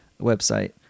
website